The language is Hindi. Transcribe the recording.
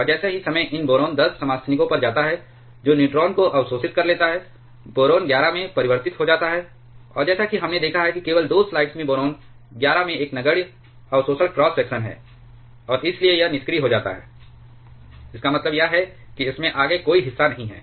और जैसे ही समय इन बोरान 10 समस्थानिकों पर जाता है जो न्यूट्रॉन को अवशोषित कर लेता है बोरान 11 में परिवर्तित हो जाता है और जैसा कि हमने देखा है कि केवल 2 स्लाइड्स में बोरॉन 11 में एक नगण्य अवशोषण क्रॉस सेक्शन है और इसलिए यह निष्क्रिय हो जाता है इसका मतलब यह है कि इसमें आगे कोई हिस्सा नहीं है